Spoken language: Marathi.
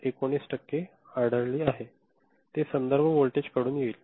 19 टक्के आढळली आहे ते संदर्भ व्होल्टेज कडून येईल